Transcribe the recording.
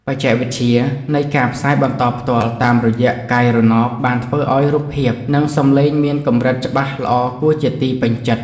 បច្ចេកវិទ្យានៃការផ្សាយបន្តផ្ទាល់តាមរយៈផ្កាយរណបបានធ្វើឱ្យរូបភាព និងសំឡេងមានកម្រិតច្បាស់ល្អគួរជាទីពេញចិត្ត។